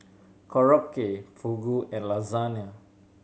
Korokke Fugu and Lasagna